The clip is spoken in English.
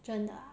真的啊